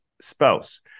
spouse